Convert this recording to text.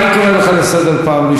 לא הערוץ דיבר,